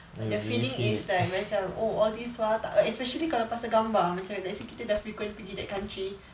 the feeling is like macam oh all these while especially kalau pasal gambar macam like let's say kita dah frequent pergi that country